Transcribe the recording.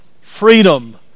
freedom